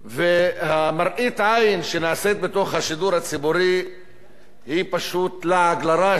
ומראית העין שנעשית בתוך השידור הציבורי היא פשוט לעג לרש,